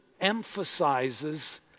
emphasizes